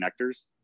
connectors